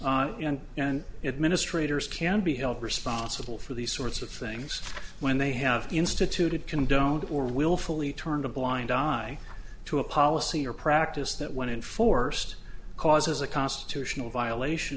and administrators can be held responsible for these sorts of things when they have instituted condoned or willfully turned a blind eye to a policy or practice that when enforced causes a constitutional violation